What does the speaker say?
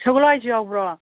ꯁꯒꯣꯜꯍꯋꯥꯏꯁꯨ ꯌꯥꯎꯕ꯭ꯔꯣ